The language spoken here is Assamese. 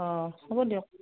অঁ হ'ব দিয়ক